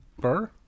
Burr